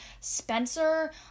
Spencer